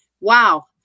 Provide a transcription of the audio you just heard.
wow